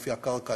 אופי הקרקע.